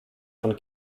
von